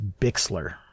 Bixler